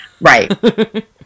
Right